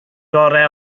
gorau